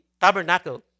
tabernacle